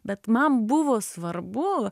bet man buvo svarbu